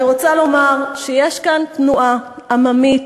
אני רוצה לומר שיש כאן תנועה עממית